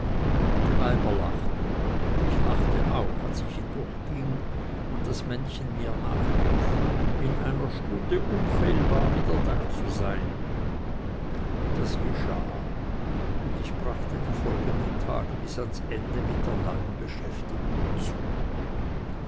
die weiber lachten und ich lachte auch als ich hindurchging und das männchen mir nachrief in einer stunde unfehlbar wieder dazusein das geschah und ich brachte die folgenden tage bis ans ende mit der neuen beschäftigung zu